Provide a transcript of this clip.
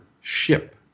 ship